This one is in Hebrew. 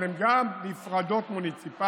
אבל הן גם נפרדות מוניציפלית.